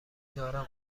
دارم